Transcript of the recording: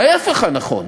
ההפך נכון,